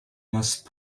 must